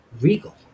regal